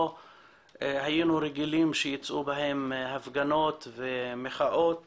היינו רגילים שייצאו בהם להפגנות או מחאות